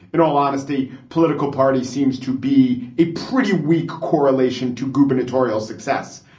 in all honesty, political party seems to be a pretty weak correlation to gubernatorial success,